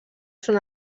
són